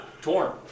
Torn